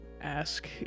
ask